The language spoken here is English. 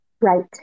Right